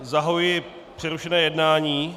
Zahajuji přerušené jednání.